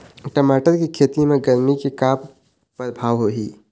टमाटर के खेती म गरमी के का परभाव होही?